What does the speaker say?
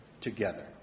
together